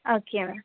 okay ma'am